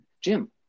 Jim